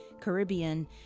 Caribbean